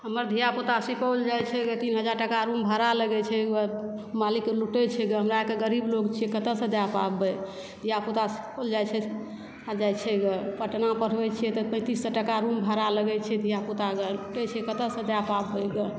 हमर धिया पूता सुपौल जाय छै ग तीन हज़ार टका रूम भाड़ा लागै छै मालिक के लूटै छै हमरा आरके गरीब लोक छियै कतौ सॅं दय पाबै धिया पूता इसकुल जाइ छै जाइ छै ग पटना पठबै छियै तऽ पैंतीस सए टका रूम भाड़ा लगै छै धिया पूता के लूटै छै कतय सॅं दय पएबै ग